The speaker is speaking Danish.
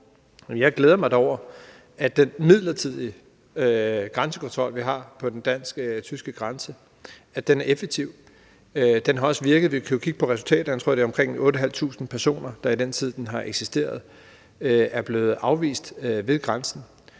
Jeg glæder mig da over, at den midlertidige grænsekontrol, vi har på den dansk-tyske grænse, er effektiv. Den har også virket, vi kan jo kigge på resultaterne. Jeg tror, det er omkring 8.500 personer, der i den tid, den har eksisteret, er blevet afvist ved grænsen.